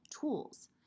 tools